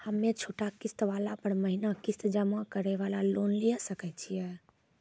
हम्मय छोटा किस्त वाला पर महीना किस्त जमा करे वाला लोन लिये सकय छियै?